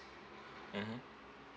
mmhmm